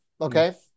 Okay